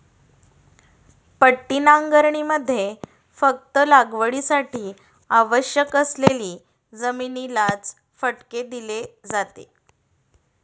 पट्टी नांगरणीमध्ये फक्त लागवडीसाठी आवश्यक असलेली जमिनीलाच फटके दिले जाते